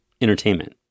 entertainment